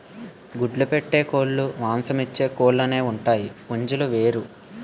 గుడ్లు పెట్టే కోలుమాంసమిచ్చే కోలు అనేవుంటాయి పుంజులు వేరు